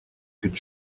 could